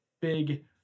big